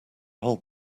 whole